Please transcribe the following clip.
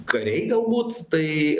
kariai galbūt tai